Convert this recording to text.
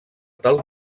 tal